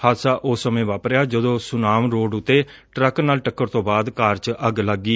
ਹਾਦਸਾ ਉਸ ਸਮੇ ਵਾਪਰਿਆ ਜਦੋ ਸੁਨਾਮ ਰੋਡ ਤੇ ਟਰੱਕ ਨਾਲ ਟੱਕਰ ਤੋਂ ਬਾਅਦ ਕਾਰ ਚ ਅੱਗ ਲੱਗ ਗਈ